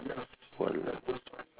what ah